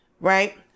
Right